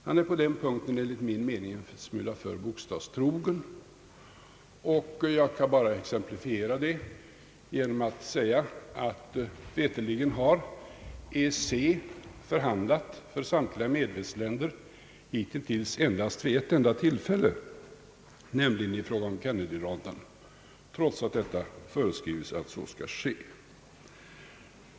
Han är på den punkten enligt min mening en smula för bokstavstrogen. Jag kan exemplifiera det genom att säga, att EEC förhandlat för samtliga medlemsländer veterligen bara vid ett tillfälle hittills, nämligen i fråga om Kennedy-ronden, trots att sådana förhandlingar har föreskrivits.